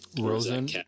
rosen